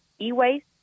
e-waste